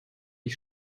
ich